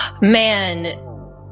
man